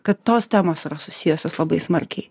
kad tos temos yra susijusios labai smarkiai